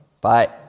Bye